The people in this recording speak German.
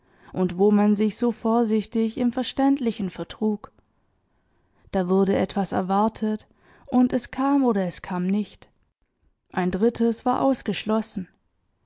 und wo man sich so vorsichtig im verständlichen vertrug da wurde etwas erwartet und es kam oder es kam nicht ein drittes war ausgeschlossen